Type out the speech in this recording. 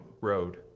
road